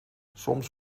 soms